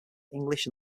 english